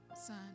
son